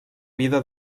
vida